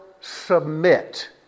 submit